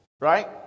Right